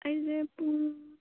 ꯑꯩꯁꯦ ꯄꯨꯡ